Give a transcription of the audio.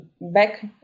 back